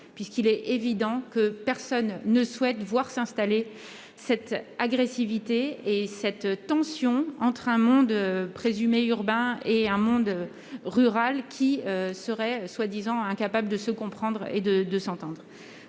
débat. Il est évident que personne ne souhaite voir s'installer une agressivité et une tension entre un monde présumé urbain et un monde rural, mondes qui seraient soi-disant incapables de se comprendre et de s'entendre.